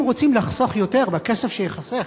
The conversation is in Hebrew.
אם רוצים לחסוך יותר, בכסף שייחסך,